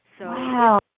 Wow